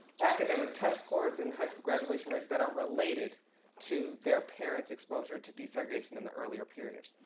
academic test scores and high school graduation rates that are related to their parents exposure to desegregation in the earlier period.